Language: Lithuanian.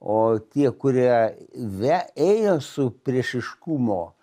o tie kurie ve ėjo su priešiškumo